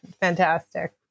fantastic